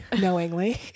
knowingly